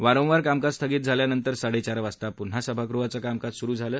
वारंवार कामकाज स्थगित झाल्यानंतर साडेचार वाजता पून्हा सभागृहाचं कामकाज पुन्हा सुरु झालं